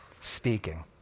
speaking